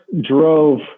drove